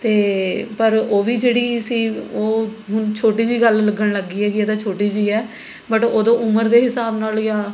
ਅਤੇ ਪਰ ਉਹ ਵੀ ਜਿਹੜੀ ਸੀ ਉਹ ਹੁਣ ਛੋਟੀ ਜਿਹੀ ਗੱਲ ਲੱਗਣ ਲੱਗ ਗਈ ਹੈ ਕਿ ਇਹ ਤਾਂ ਛੋਟੀ ਜਿਹੀ ਹੈ ਬਟ ਉਦੋਂ ਉਮਰ ਦੇ ਹਿਸਾਬ ਨਾਲ ਜਾਂ